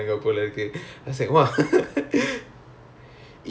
mm hmm okay indians